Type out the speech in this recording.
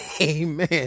amen